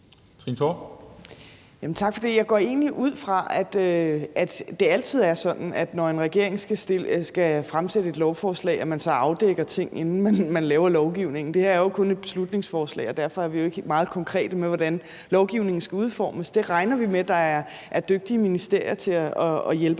Tak for det. Jeg går egentlig ud fra, at det altid er sådan, når en regering skal fremsætte et lovforslag, at man så afdækker ting, inden man laver lovgivningen. Det her er jo kun et beslutningsforslag, og derfor er vi ikke meget konkrete med, hvordan lovgivningen skal udformes. Det regner vi med at der er dygtige ministerier til at hjælpe